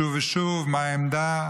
שוב ושוב, מה העמדה.